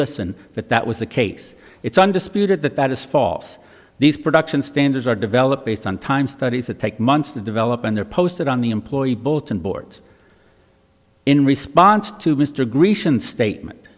listen that that was the case it's undisputed that that is false these production standards are developed based on time studies that take months to develop and they're posted on the employee both on boards in response to mr grecian statement